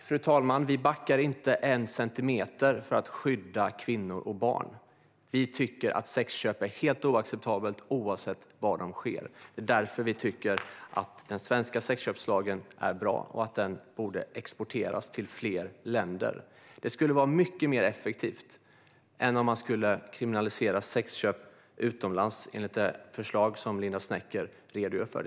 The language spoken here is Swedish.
Fru talman! Vi backar inte en centimeter från att skydda kvinnor och barn. Vi tycker att sexköp är helt oacceptabelt, oavsett var de sker. Det är därför som vi tycker att den svenska sexköpslagen är bra och att den borde exporteras till fler länder. Det skulle vara mycket mer effektivt än att kriminalisera sexköp utomlands enligt det förslag som Linda Snecker redogör för.